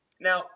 Now